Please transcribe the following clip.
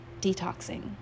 detoxing